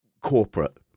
corporate